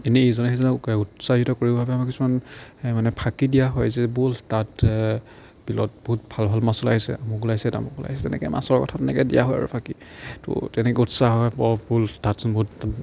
এনেই ইজনে সিজনক উৎসাহিত কৰিব বাবে আমাৰ কিছুমান মানে ফাঁকি দিয়া হয় যে ব'ল তাত বিলত বহুত ভাল ভাল মাছ ওলাইছে আমুক ওলাইছে তামুক ওলাইছে তেনেকৈ মাছৰ কথা তেনেকৈ দিয়া হয় আৰু ফাঁকি তো তেনেকৈ উৎসাহ হয় অ' বোলে ব'ল তাতচোন বহুত